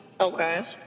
Okay